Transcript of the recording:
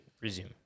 resume